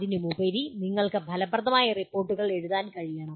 അതിനുമുപരി നിങ്ങൾക്ക് ഫലപ്രദമായ റിപ്പോർട്ടുകൾ എഴുതാൻ കഴിയണം